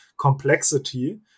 Complexity